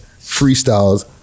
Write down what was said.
Freestyles